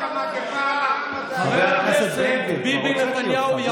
בממשלה, חבר הכנסת בן גביר, כבר הוצאתי אותך.